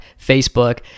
Facebook